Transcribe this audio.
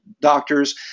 doctors